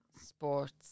sports